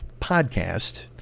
podcast